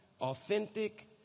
authentic